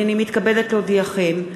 הנני מתכבדת להודיעכם,